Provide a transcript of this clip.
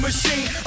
machine